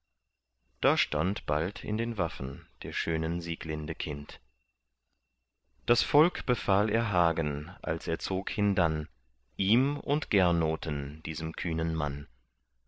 da stand bald in den waffen der schönen sieglinde kind das volk befahl er hagen als er zog hindann ihm und gernoten diesem kühnen mann